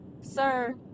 Sir